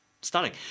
stunning